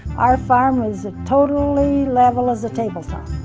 our farm was totally level as a tabletop.